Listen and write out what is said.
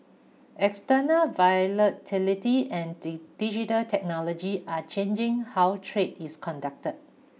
external volatility and digital technology are changing how trade is conducted